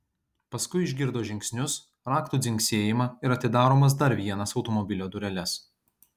paskui išgirdo žingsnius raktų dzingsėjimą ir atidaromas dar vienas automobilio dureles